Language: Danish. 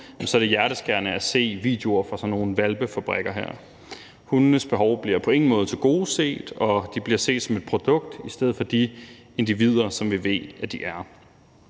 er det hjerteskærende at se videoer fra sådan nogle hvalpefabrikker. Hundenes behov bliver på ingen måde tilgodeset, og de bliver set som et produkt i stedet for som de individer, som vi ved at de er.